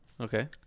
Okay